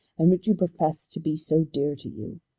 and which you profess to be so dear to you?